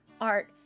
art